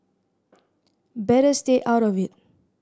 better stay out of it